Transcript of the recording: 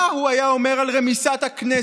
מה הוא היה אומר על רמיסת הכנסת?